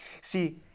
See